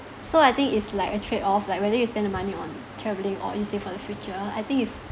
so I think it's like a trade off like whether you spend the money on travelling or in say for the future I think is